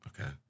Okay